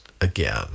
again